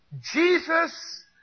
Jesus